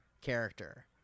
character